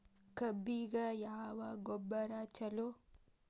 ಕಬ್ಬಿಗ ಯಾವ ಗೊಬ್ಬರ ಛಲೋ?